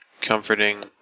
comforting